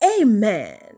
Amen